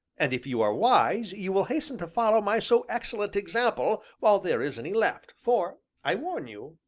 and if you are wise you will hasten to follow my so excellent example while there is any left, for, i warn you,